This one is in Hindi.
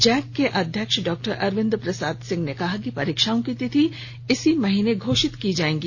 जैक के अध्यक्ष डॉ अरविंद प्रसाद सिंह ने कहा कि परीक्षाओं की तिथि इसी माह घोषित की जायेंगी